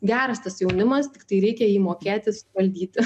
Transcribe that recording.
geras tas jaunimas tiktai reikia jį mokėti suvaldyti